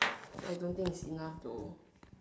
I don't think is enough though